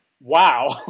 wow